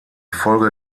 folge